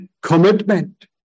commitment